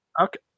okay